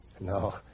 No